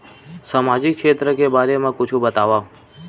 सामाजिक क्षेत्र के बारे मा कुछु बतावव?